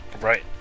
right